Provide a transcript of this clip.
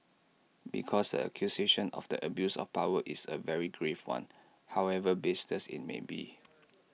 because the accusation of the abuse of power is A very grave one however baseless IT may be